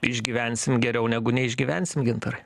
išgyvensim geriau negu neišgyvensim gintarai